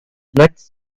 next